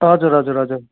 हजुर हजुर हजुर